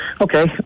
Okay